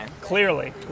Clearly